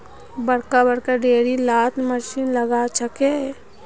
बड़का बड़का डेयरी लात मशीन लगाल जाछेक